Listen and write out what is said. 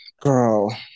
Girl